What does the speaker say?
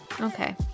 Okay